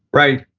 right.